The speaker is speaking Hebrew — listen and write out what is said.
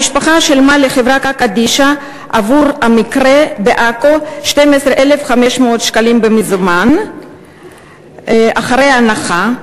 המשפחה שילמה לחברה קדישא בעכו 12,500 שקלים במזומן אחרי הנחה,